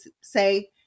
say